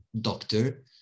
doctor